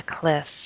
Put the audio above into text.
cliffs